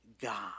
God